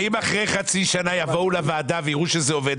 אם אחרי חצי שנה יבואו לוועדה ויראו שזה עובד,